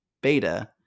Beta